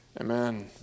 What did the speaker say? Amen